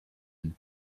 and